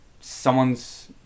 someone's